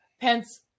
Pence